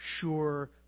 sure